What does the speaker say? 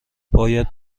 باید